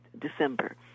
December